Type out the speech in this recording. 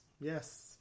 yes